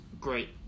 great